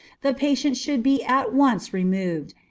the patient should be at once removed,